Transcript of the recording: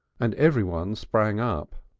and everyone sprang up.